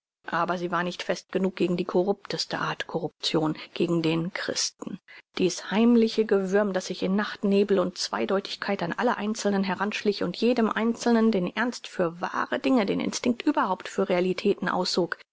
aber sie war nicht fest genug gegen die corrupteste art corruption gegen den christen dies heimliche gewürm das sich in nacht nebel und zweideutigkeit an alle einzelnen heranschlich und jedem einzelnen den ernst für wahre dinge den instinkt überhaupt für realitäten aussog